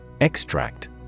Extract